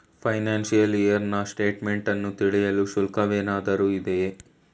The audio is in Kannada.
ಫೈನಾಶಿಯಲ್ ಇಯರ್ ನ ಸ್ಟೇಟ್ಮೆಂಟ್ ತಿಳಿಯಲು ಶುಲ್ಕವೇನಾದರೂ ಇದೆಯೇ?